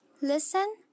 Listen